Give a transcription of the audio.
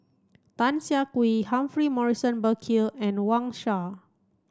Tan Siah Kwee Humphrey Morrison Burkill and Wang Sha